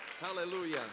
Hallelujah